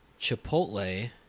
Chipotle